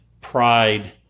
pride